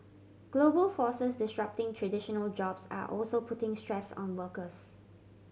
global forces disrupting traditional jobs are also putting stress on workers